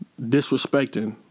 disrespecting